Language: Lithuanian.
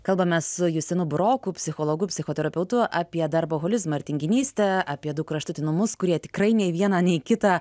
kalbamės su justinu buroku psichologu psichoterapeutu apie darboholizmą ir tinginystę apie du kraštutinumus kurie tikrai nei vieną nei kitą